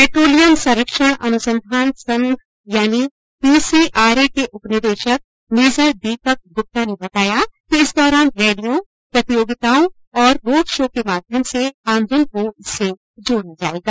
petroleum संरक्षण अनुसंधान संघ यानि पीसीआरए के उप निदेशक मेजर दीपक गुप्ता ने बताया कि इस दौरान रैलियों प्रतियोगिताओं और रोड़ शो के माध्यम से आमजन को इससे जोड़ा जायेगा